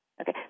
Okay